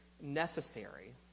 necessary